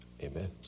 Amen